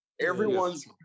everyone's